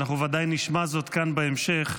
ואנחנו ודאי נשמע זאת כאן בהמשך,